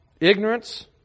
Ignorance